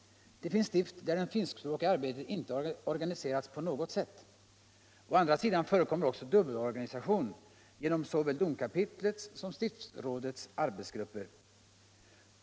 Det finns stift där det finskspråkiga arbetet inte organiseras på något sätt. Å andra sidan förekommer också dubbelorganisation genom såväl domkapitlets som stiftsrådets arbetsgrupper.